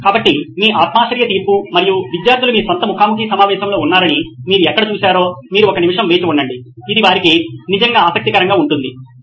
కాబట్టి మీ ఆత్మాశ్రయ తీర్పు మరియు విద్యార్థులు మీ స్వంత ముఖా ముఖి సమావేశంలలో ఉన్నారని మీరు ఎక్కడ చూశారో మీరు ఒక నిమిషం వేచి ఉండండి ఇది వారికి నిజంగా ఆసక్తికరంగా ఉంటుంది